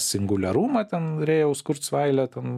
singuliarumą ten rėjaus kurcvailio ten